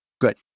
Good